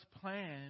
plan